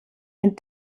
den